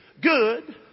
good